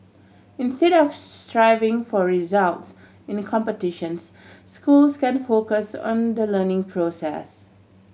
instead of striving for results in competitions schools can focus on the learning process